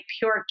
pure